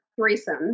threesome